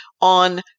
on